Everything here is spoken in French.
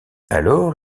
alors